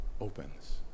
opens